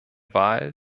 wahl